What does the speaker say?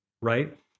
right